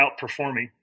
outperforming